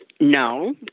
no